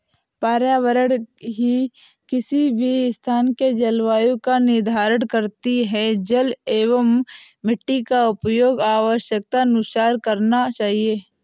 पर्यावरण ही किसी भी स्थान के जलवायु का निर्धारण करती हैं जल एंव मिट्टी का उपयोग आवश्यकतानुसार करना चाहिए